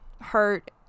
hurt